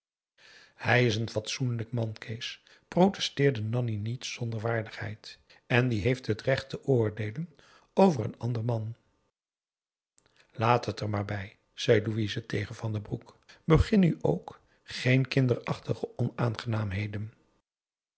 hij is een fatsoenlijk man kees protesteerde nanni niet zonder waardigheid en die heeft het recht te oordeelen over een ander man laat het er maar bij zei louise tegen van den broek begin nu ook geen kinderachtige